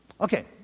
Okay